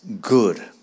good